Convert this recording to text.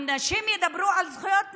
כי אם נשים ידברו על זכויות נשים,